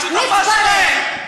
התשעה שנרצחו, את שותפה שלהם.